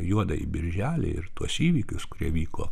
juodąjį birželį ir tuos įvykius kurie vyko